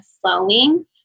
flowing